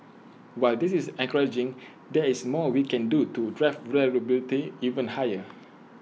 while this is encouraging there is more we can do to drive reliability even higher